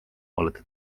olete